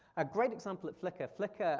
a great example at flickr, flickr